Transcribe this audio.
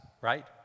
right